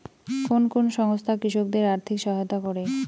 কোন কোন সংস্থা কৃষকদের আর্থিক সহায়তা করে?